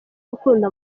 urukundo